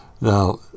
Now